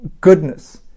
goodness